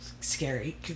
scary